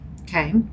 Okay